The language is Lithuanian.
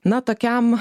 na tokiam